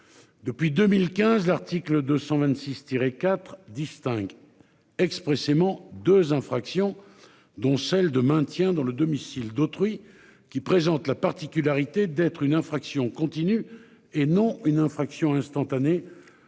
Depuis 2015, l'article 226 tiré IV distingue expressément 2 infractions. Dont celle de maintien dans le domicile d'autrui qui présente la particularité d'être une infraction continue et non une infraction instantanée